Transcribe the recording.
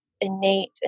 innate